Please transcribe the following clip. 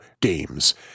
games